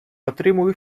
отримали